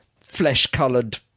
flesh-coloured